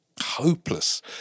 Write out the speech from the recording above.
Hopeless